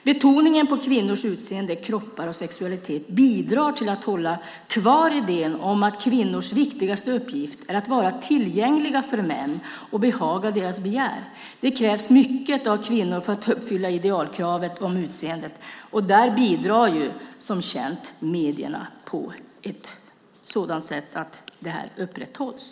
Betoningen på kvinnors utseende, kroppar och sexualitet bidrar till att hålla kvar idén om att kvinnors viktigaste uppgift är att vara tillgängliga för män och behaga deras begär. Det krävs mycket av kvinnor för att uppfylla idealkravet om utseende, och där bidrar som bekant medierna på ett sådant sätt att det upprätthålls.